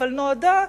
אבל נועדה,